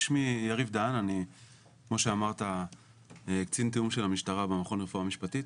אני קצין תיאום של המשטרה במכון לרפואה משפטית.